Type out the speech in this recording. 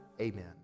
Amen